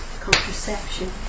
contraception